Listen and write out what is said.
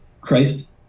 Christ